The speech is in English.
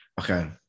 Okay